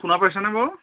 শুনা পাইচেনে বাৰু